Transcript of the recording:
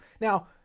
Now